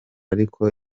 ariko